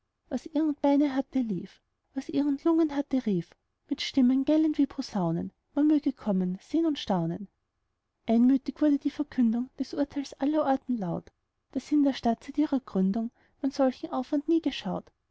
was irgend beine hatte lief was irgend lungen hatte rief mit stimmen gellend wie posaunen man möge kommen sehn und staunen einmütig wurde die verkündung des urteils allerorten laut daß in der stadt seit ihrer gründung man solchen aufwand nie geschaut